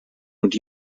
und